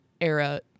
era